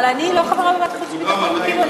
אבל אני לא חברה בוועדת חוץ וביטחון, כאילו?